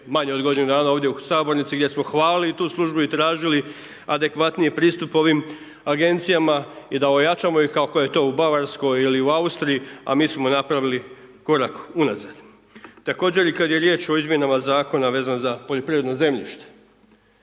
manje od godinu dana, ovdje u sabornici, gdje smo hvalili tu službu i tražili adekvatniji pristup ovim agencijama i da ojačamo ih kako je to u Bavarskoj ili u Austriji, a mi smo napravili korak unazad. Također kada je riječ o izmjenama zakona, vezano za poljoprivredno zemljište,